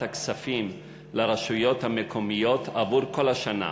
הכספים לרשויות המקומיות עבור כל השנה.